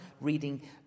reading